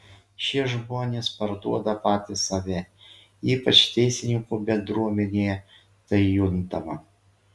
šie žmonės parduoda patys save ypač teisininkų bendruomenėje tai juntama